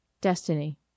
Destiny